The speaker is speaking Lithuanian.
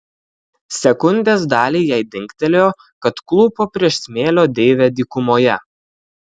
sekundės dalį jai dingtelėjo kad klūpo prieš smėlio deivę dykumoje